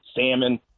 salmon